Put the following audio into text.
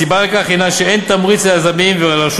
הסיבה לכך היא שאין תמריץ ליזמים ולרשות